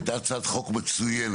והייתה הצעת חוק מצוינת,